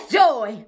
joy